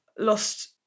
lost